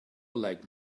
like